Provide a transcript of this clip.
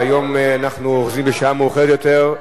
והיום אנחנו עובדים בשעה מאוחרת יותר.